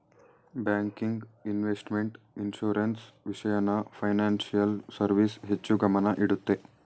banking, investment, insurance, ವಿಷಯನ financial service ಹೆಚ್ಚು ಗಮನ ಇಡುತ್ತೆ